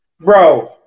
Bro